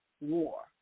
war